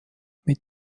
mit